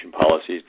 policies